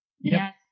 Yes